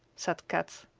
said kat.